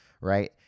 right